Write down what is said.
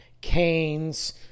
canes